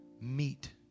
meet